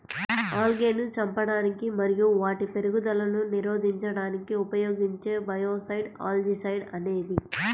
ఆల్గేను చంపడానికి మరియు వాటి పెరుగుదలను నిరోధించడానికి ఉపయోగించే బయోసైడ్ ఆల్జీసైడ్ అనేది